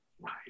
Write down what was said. Right